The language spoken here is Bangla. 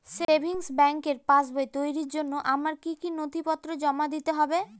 সেভিংস ব্যাংকের পাসবই তৈরির জন্য আমার কি কি নথিপত্র জমা দিতে হবে?